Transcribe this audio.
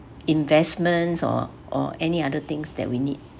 investments or or any other things that we need